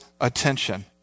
attention